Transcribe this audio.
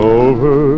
over